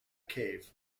cave